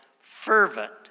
fervent